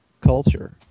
culture